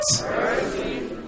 Mercy